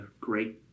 great